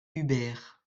huber